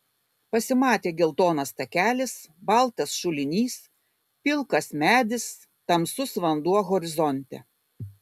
pasimatė geltonas takelis baltas šulinys pilkas medis tamsus vanduo horizonte